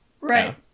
Right